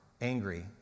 angry